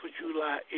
July